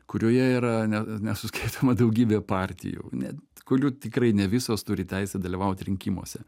kurioje yra ne nesuskaitoma daugybė partijų ane kurių tikrai ne visos turi teisę dalyvauti rinkimuose